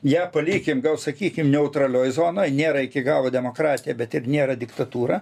ją palikim gal sakykim neutralioj zonoj nėra iki galo demokratija bet ir nėra diktatūra